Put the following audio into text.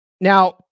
Now